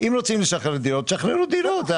אם רוצים לשחרר דירות, שחררו דירות.